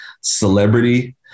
celebrity